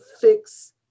fix